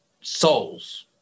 souls